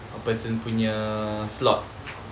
person a slot